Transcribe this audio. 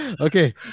Okay